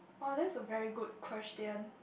oh that's a very good question